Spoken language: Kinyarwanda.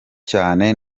cyane